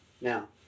Now